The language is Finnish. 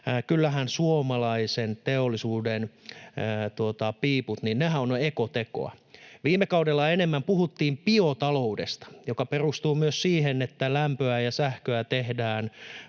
kyllähän suomalaisen teollisuuden piiput ovat ekoteko. Viime kaudella enemmän puhuttiin biotaloudesta, joka perustuu myös siihen, että lämpöä ja sähköä tehdään